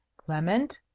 clement!